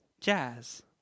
jazz